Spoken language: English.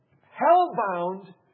hell-bound